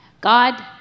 God